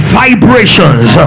vibrations